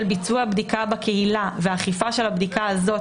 ביצוע בדיקה בקהילה ואכיפה של הבדיקה הזאת,